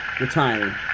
retiring